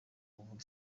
kuvuga